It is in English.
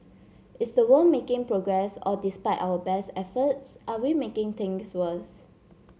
is the world making progress or despite our best efforts are we making things worse